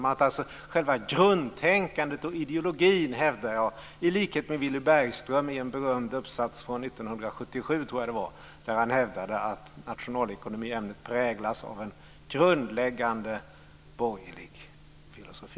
Det handlar alltså om själva grundtänkandet och ideologin. Jag hävdar i likhet med vad Villy Bergström gjorde i en berömd uppsats, jag tror att det var 1977, att nationalekonomiämnet präglas av en grundläggande borgerlig filosofi.